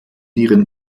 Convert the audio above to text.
ihren